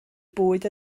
bwyd